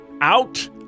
out